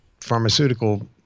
pharmaceutical